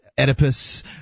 Oedipus